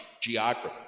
geography